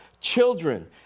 Children